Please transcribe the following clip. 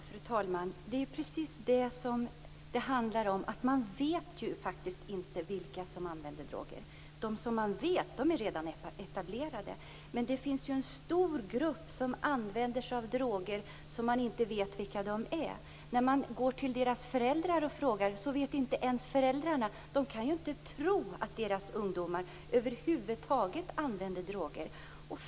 Fru talman! Det är precis det som det handlar om, dvs. att man inte vet vilka som använder droger. De som man känner till är redan etablerade, men det finns en stor grupp som använder droger som man inte känner till. När man går till föräldrarna och frågar vet inte ens de - föräldrarna kan inte tro att deras ungdomar över huvud taget använder droger.